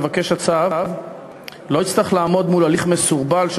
מבקש הצו לא יצטרך לעמוד מול הליך מסורבל של